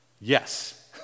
Yes